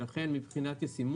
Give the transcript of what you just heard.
לכן, מבחינת היישום